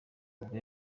ubwo